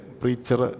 preacher